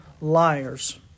liars